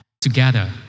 together